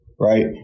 Right